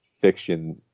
fiction